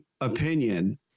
opinion